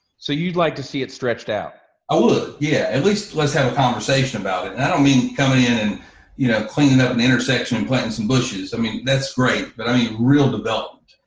so you'd like to see it stretched out? i would yeah, at least let's have a conversation about it, and i don't mean coming in and, you know cleaning up an intersection and planting some bushes. i mean, that's great, but i mean, real development.